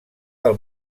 del